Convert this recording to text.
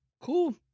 cool